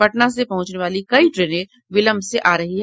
पटना से पहुंचने वाली कई ट्रेनें विलंब से आ रही हैं